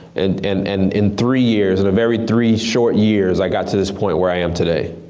and and and in three years, and very three short years, i got to this point where i am today.